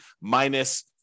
minus